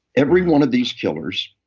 every one of these killers.